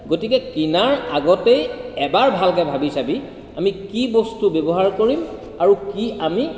গতিকে কিনাৰ আগতেই এবাৰ ভালকৈ ভাবি চাবি আমি কি বস্তু ব্যৱহাৰ কৰিম আৰু কি আমি